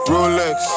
Rolex